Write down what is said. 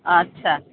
ଆଚ୍ଛା